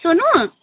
Sonu